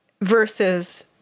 versus